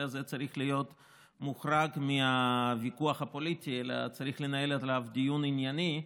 הזה צריך להיות מוחרג מהוויכוח הפוליטי וצריך לנהל עליו דיון ענייני,